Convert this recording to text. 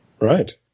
Right